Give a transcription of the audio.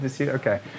Okay